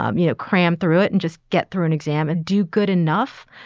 um you know, cram through it and just get through an exam and do good enough.